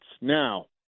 Now